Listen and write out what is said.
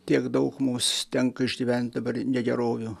tiek daug mūs tenka išgyvent dabar negerovių